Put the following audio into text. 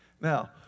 Now